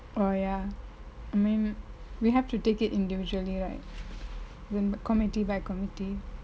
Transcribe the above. oh ya I mean we have to take it individually right than community by community